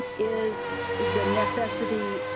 is the necessity,